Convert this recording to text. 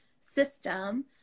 system